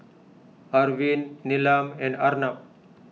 Arvind Neelam and Arnab